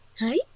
Hi